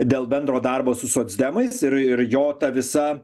dėl bendro darbo su socdemais ir ir jo ta visa